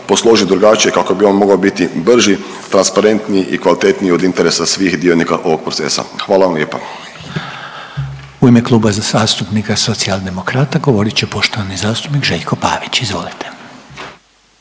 posložit drugačije kako bi on mogao biti brži, transparentniji i kvalitetniji od interesa svih dionika ovog procesa. Hvala vam lijepa. **Reiner, Željko (HDZ)** U ime Kluba zastupnika Socijaldemokrata govorit će poštovani zastupnik Željko Pavić, izvolite.